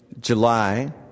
July